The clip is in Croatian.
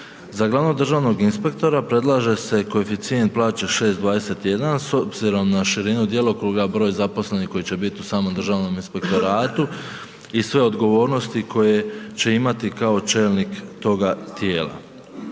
Za glavnog državnog inspektora predlaže se koeficijent plaće 6,21 s obzirom na širinu djelokruga broja zaposlenih koji će biti u samom Državnom inspektoratu i sve odgovornosti koje će imati kao čelnik toga tijela.